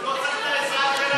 הוא לא צריך את העזרה שלך.